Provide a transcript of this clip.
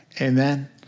Amen